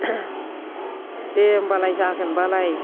दे होनबालाय जागोनबालाय